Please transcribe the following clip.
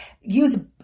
Use